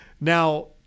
Now